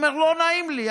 ואומר: לא נעים לי,